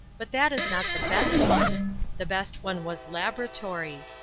but that is not the best one the best one was laboratory.